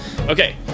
okay